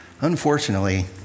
unfortunately